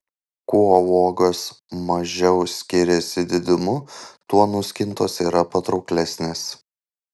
kuo uogos mažiau skiriasi didumu tuo nuskintos yra patrauklesnės